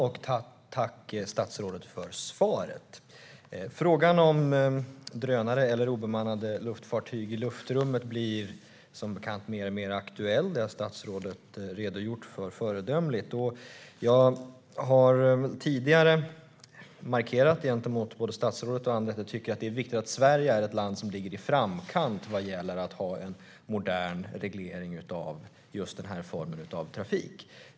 Herr talman! Tack, statsrådet, för svaret! Frågan om drönare eller obemannade luftfartyg i luftrummet blir som bekant mer och mer aktuell - det har statsrådet redogjort för föredömligt. Jag har tidigare markerat gentemot både statsrådet och andra att jag tycker att det är viktigt att Sverige är ett land som ligger i framkant vad gäller att ha en modern reglering av den här formen av trafik.